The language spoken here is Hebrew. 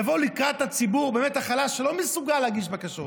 לבוא לקראת הציבור החלש שלא מסוגל להגיש בקשות.